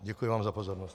Děkuji vám za pozornost.